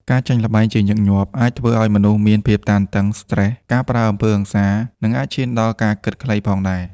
ការចាញ់ល្បែងជាញឹកញាប់ អាចធ្វើឱ្យមនុស្សមានភាពតានតឹង ស្ត្រេស ការប្រើអំពើហិង្សា និងអាចឈានដល់ការគិតខ្លីផងដែរ។